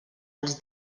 als